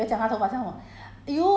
but cindy also [what] not only me